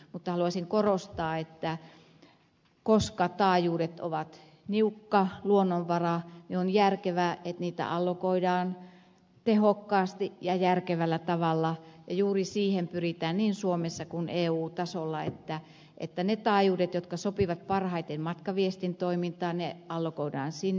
mutta haluaisin korostaa että koska taajuudet ovat niukka luonnonvara niin on järkevää että niitä allokoidaan tehokkaasti ja järkevällä tavalla ja juuri siihen pyritään niin suomessa kuin eu tasolla että ne taajuudet jotka sopivat parhaiten matkaviestintoimintaan allokoidaan sinne